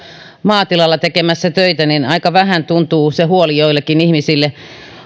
maatilalla tekemässä töitä aika vähän tuntuu se huoli joillekin ihmisille